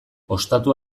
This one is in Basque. ostatu